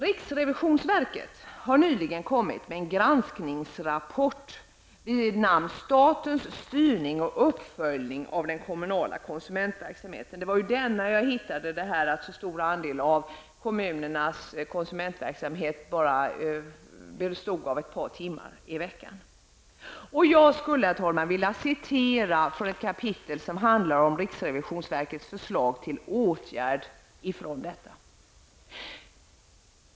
Riksrevisionsverket har nyligen kommit med en granskningsrapport, Statens styrning och uppföljning av den kommunala konsumentverksamheten. Det är i denna rapport som jag har läst att kommunernas konsumentverksamhet till stor del bara består i ett par timmars arbete i veckan. Herr talman! Ett kapitel i den här rapporten handlar om riksrevisionsverkets förslag till åtgärder.